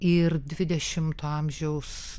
ir dvidešimto amžiaus